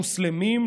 מוסלמים,